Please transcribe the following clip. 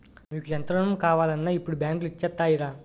మీకు ఎంత రుణం కావాలన్నా ఇప్పుడు బాంకులు ఇచ్చేత్తాయిరా